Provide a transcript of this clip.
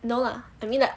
no lah I mean that